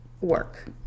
work